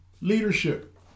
Leadership